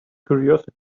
curiosity